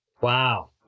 Wow